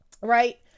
Right